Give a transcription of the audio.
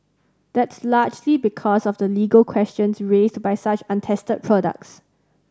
that's largely because of the legal questions raised by such untested products